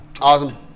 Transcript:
Awesome